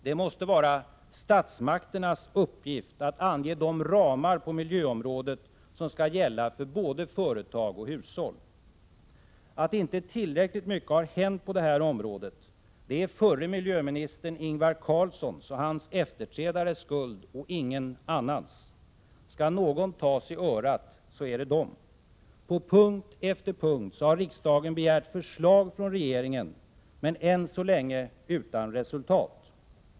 Det måste vara statsmakternas uppgift att ange de ramar på miljöområdet som skall gälla för både företag och hushåll. Att inte tillräckligt mycket har hänt på det här området är förre miljöministern Ingvar Carlssons och hans efterträdares skuld och ingen annans. Skall några tas i örat, så är det de. På punkt efter punkt har riksdagen begärt förslag från regeringen, men än så länge utan resultat.